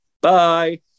bye